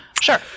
Sure